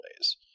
ways